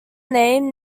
name